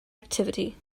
activity